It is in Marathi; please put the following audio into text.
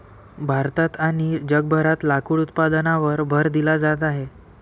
भारतात आणि जगभरात लाकूड उत्पादनावर भर दिला जात आहे